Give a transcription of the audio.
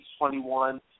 21